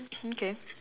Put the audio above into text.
mm K